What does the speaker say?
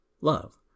love